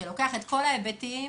שלוקח את כל ההיבטים,